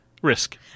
Risk